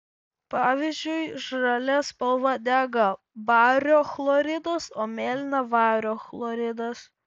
pavyzdžiui žalia spalva dega bario chloridas o mėlyna vario chloridas